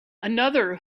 another